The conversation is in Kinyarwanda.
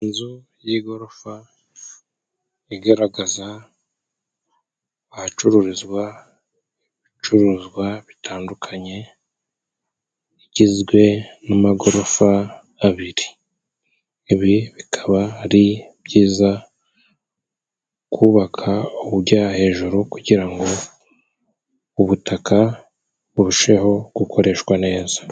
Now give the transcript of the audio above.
Inzu y'igorofa igaragaza ahacururizwa ibicuruzwa bitandukanye igizwe n'amagorofa abiri ibi bikaba ari byiza kubaka ubujya hejuru kugira ngo ubutaka burusheho gukoreshwa neza.